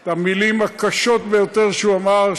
את המילים הקשות ביותר שהוא אמר,